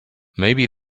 maybe